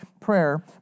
prayer